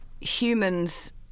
humans